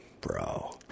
bro